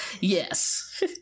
Yes